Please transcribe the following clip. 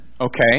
okay